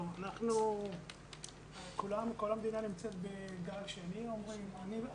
אומרים שכל המדינה נמצאת בגל שני.